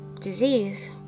disease